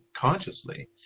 consciously